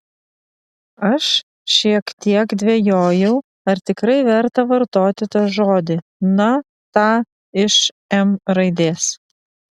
aš šiek tiek dvejojau ar tikrai verta vartoti tą žodį na tą iš m raidės